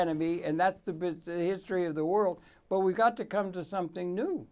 enemy and that the history of the world but we've got to come to something new